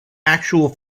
actual